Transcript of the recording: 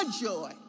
joy